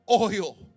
oil